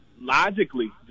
logically